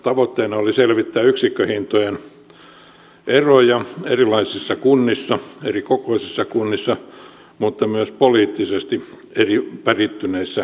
tavoitteena oli selvittää yksikköhintojen eroja erilaisissa kunnissa eri kokoisissa kunnissa mutta myös poliittisesti eri lailla värittyneissä kunnissa